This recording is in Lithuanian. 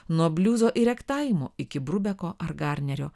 nuo bliuzo ir rektaimo iki brubeko ar garnerio